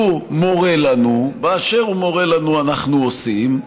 הוא מורה לנו, ואשר הוא מורה לנו, אנחנו עושים.